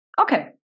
okay